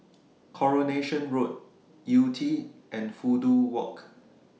Coronation Road Yew Tee and Fudu Walk